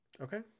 okay